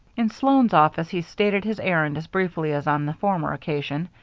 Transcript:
in sloan's office he stated his errand as briefly as on the former occasion,